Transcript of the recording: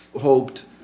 hoped